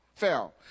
fell